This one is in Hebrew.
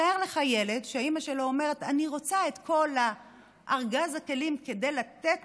תאר לך ילד שהאימא שלו אומרת: אני רוצה את כל ארגז הכלים כדי לתת